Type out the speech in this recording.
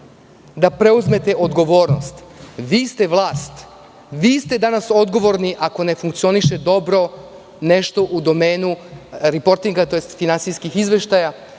da preuzmete odgovornost. Vi ste vlast. Vi ste danas odgovorni ako nešto ne funkcioniše dobro u domenu "riportinga", tj. finansijskih izveštaja